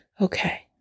Okay